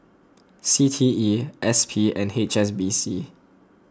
C T E S P and H S B C